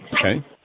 okay